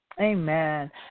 Amen